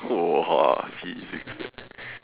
!wah! physics eh